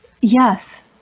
Yes